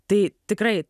tai tikrai